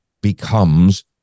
becomes